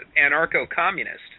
anarcho-communist